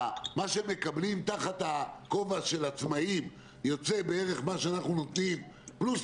מה שהם מקבלים תחת הכובע של העצמאים יוצא בערך מה שאנחנו נותנים פלוס,